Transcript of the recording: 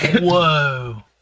whoa